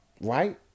right